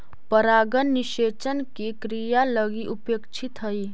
परागण निषेचन के क्रिया लगी अपेक्षित हइ